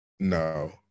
No